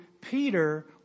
Peter